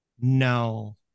No